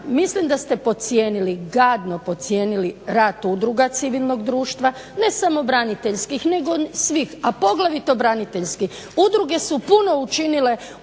mislim da se podcijenili gadno podcijenili rad udruga civilnog društva ne samo braniteljskih nego svih, a poglavito braniteljskih. Udruge su puno učinile